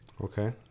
Okay